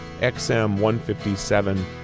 XM157